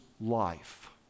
life